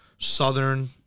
Southern